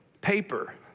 Paper